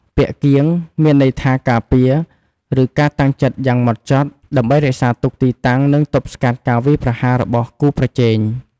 ពាក្យ "គៀង" មានន័យថា ការពារ ឬការតាំងចិត្តយ៉ាងម៉ត់ចត់ ដើម្បីរក្សាទុកទីតាំង និងទប់ស្កាត់ការវាយប្រហាររបស់គូប្រជែង។